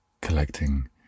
collecting